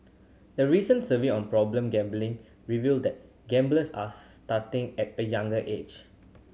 a recent survey on problem gambling revealed that gamblers are starting at a younger age